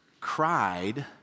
cried